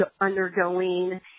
undergoing